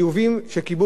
שמגיעים לאזרחים.